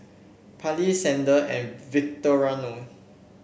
Parley Xander and Victoriano